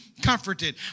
comforted